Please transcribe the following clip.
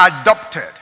adopted